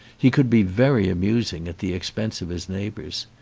he could be very amusing at the expense of his neighbours.